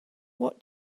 what